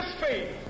faith